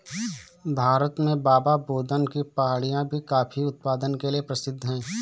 भारत में बाबाबुदन की पहाड़ियां भी कॉफी के उत्पादन के लिए प्रसिद्ध है